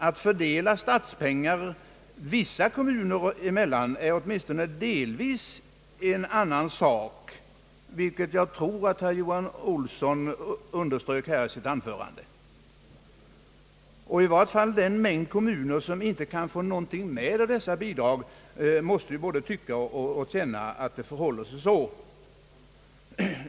Att fördela statspengar vissa kommuner emellan är åtminstone delvis en annan sak, vilket jag tror att herr Johan Olsson underströk i sitt anförande, och i varje fall måste den mängd kommuner, som inte kan få något av dessa bidrag, både tycka och känna att det förhåller sig så.